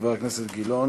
חבר הכנסת גילאון.